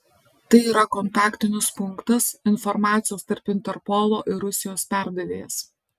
tai yra kontaktinis punktas informacijos tarp interpolo ir rusijos perdavėjas